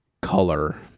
color